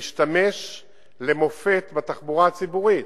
המשתמש למופת בתחבורה הציבורית,